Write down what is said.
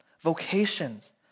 vocations